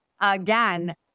again